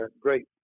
great